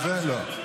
לא.